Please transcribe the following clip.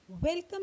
welcome